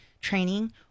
training